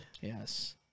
Yes